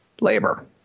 labor